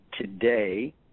today